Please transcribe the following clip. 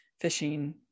fishing